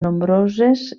nombroses